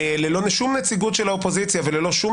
ללא שום נציגות של האופוזיציה וללא שום